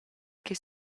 che